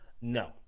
no